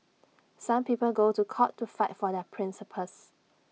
some people go to court to fight for their principles